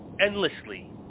endlessly